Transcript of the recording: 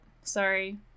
Sorry